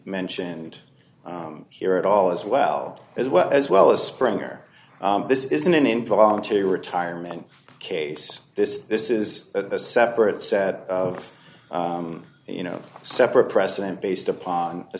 mentioned here at all as well as well as well as springer this is an involuntary retirement case this this is a separate set of you know separate precedent based upon the